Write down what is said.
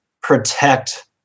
protect